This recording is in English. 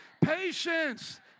patience